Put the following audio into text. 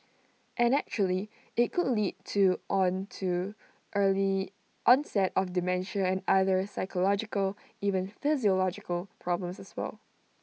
and actually IT could lead to on to early onset of dementia other psychological even physiological problems as well